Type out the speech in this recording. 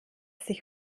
sich